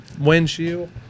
windshield